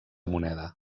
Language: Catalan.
moneda